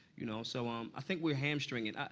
you know, so um i think we're hamstringing.